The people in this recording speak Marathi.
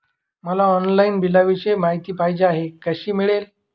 मला ऑनलाईन बिलाविषयी माहिती पाहिजे आहे, कशी मिळेल?